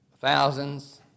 thousands